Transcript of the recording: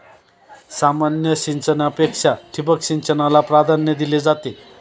सामान्य सिंचनापेक्षा ठिबक सिंचनाला प्राधान्य दिले जाते